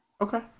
Okay